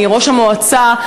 מראש המועצה,